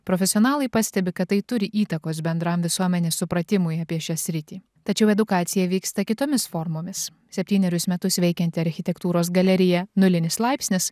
profesionalai pastebi kad tai turi įtakos bendram visuomenės supratimui apie šią sritį tačiau edukacija vyksta kitomis formomis septynerius metus veikianti architektūros galerija nulinis laipsnis